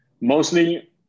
Mostly